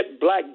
black